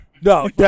No